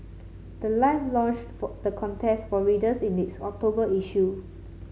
the life launched for the contest for readers in its October issue